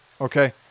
Okay